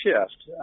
shift